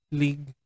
league